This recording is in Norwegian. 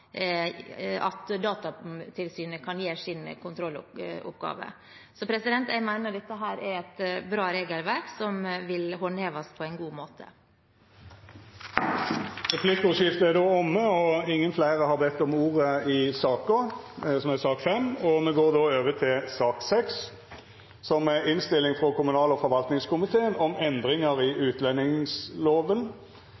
at Datatilsynet kan utføre sin kontrolloppgave. Så jeg mener dette er et bra regelverk som vil håndheves på en god måte. Replikkordskiftet er omme. Fleire har ikkje bedt om ordet til sak nr. 5. Etter ønske frå kommunal- og forvaltningskomiteen